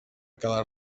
quedar